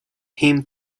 him